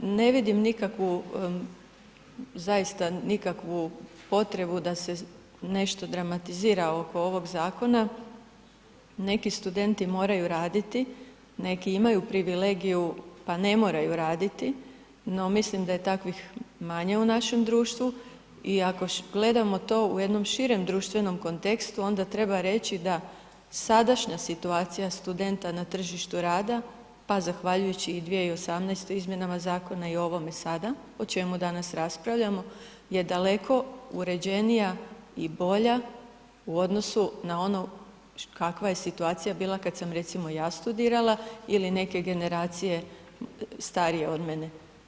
Ne vidim nikakvu zaista nikakvu potrebu da se nešto dramatizira oko ovog zakona, neki studenti moraju raditi, neki imaju privilegiju pa ne moraju raditi, no mislim da je takvih manje u našem društvu i ako gledamo to u jednom širem društvenom kontekstu onda treba reći da sadašnja situacija studenta na tržištu rada, pa zahvaljujući i 2018. izmjenama zakona i o ovome sada o čemu danas raspravljamo je daleko uređenija i bolja u odnosu na ono kakva je situacija bila kad sam recimo ja studirala ili neke generacije starije od mene.